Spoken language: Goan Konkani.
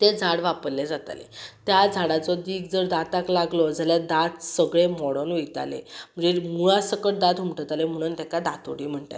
तें झाड वापरलें जातालें त्या झाडाचो दीक जर दांताक लागलो जाल्या दांत सगळे मोडोन वयताले म्हणजेच मुळा सकट दांत हुमटताले म्हणन तेका दांतोडी म्हणटाले